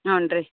ಹಾಂ ರೀ